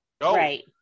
Right